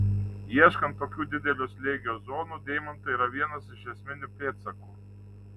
ieškant tokių didelio slėgio zonų deimantai yra vienas iš esminių pėdsakų